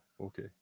okay